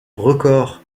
records